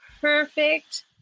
perfect